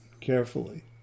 carefully